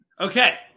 Okay